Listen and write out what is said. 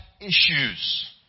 issues